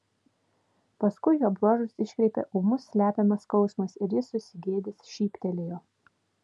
paskui jo bruožus iškreipė ūmus slepiamas skausmas ir jis susigėdęs šyptelėjo